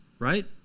Right